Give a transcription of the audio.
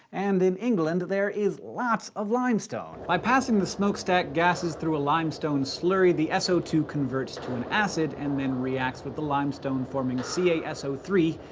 and in england, there is lots of limestone. by passing the smoke stack gases through a limestone slurry, the s o two converts to an acid and then reacts with the limestone forming c a s o three,